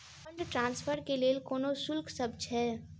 Fund transfer केँ लेल कोनो शुल्कसभ छै?